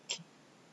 okay